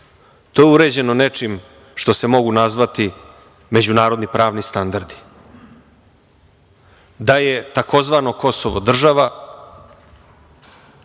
to je uređeno nečim što se mogu nazvati međunarodni pravni standardi, da je tzv. Kosovo država,